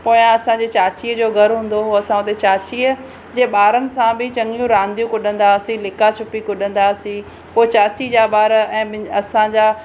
पोइ असांजी चाचीअ जो घरु हूंदो हुओ असां उते चाचीअ जे ॿारनि सां बि चङियूं रांदियूं कुॾंदा हुआसीं लिक छुपियूं कुॾंदा पोइ चाची जा ॿार ऐं मि असांजा